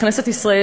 בכנסת ישראל,